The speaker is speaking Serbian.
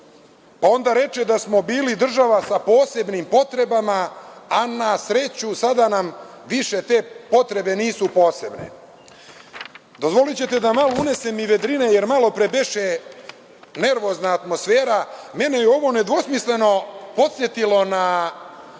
Onda reče da smo bili država sa posebnim potrebama, a na sreću sada nam više te potrebe nisu posebne. Dozvolićete da malo unesem i vedrine, jer malopre beše nervozna atmosfera, mene ovo nedvosmisleno podsetilo na